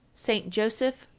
st. joseph,